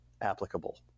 applicable